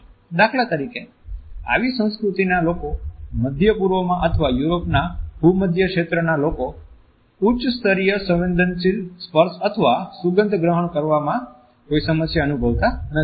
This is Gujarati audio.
દાખલા તરીકે આવી સંસ્કૃતિના લોકો મધ્ય પૂર્વમાં અથવા યુરોપના ભૂમધ્ય ક્ષેત્રના લોકો ઉચ્ચ સ્તરીય સંવેદનશીલ સ્પર્શ અથવા સુગંધ ગ્રહણ કરવામાં કોઈ સમસ્યા અનુભવતા નથી